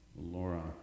Laura